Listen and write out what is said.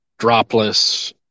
dropless